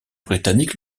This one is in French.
britannique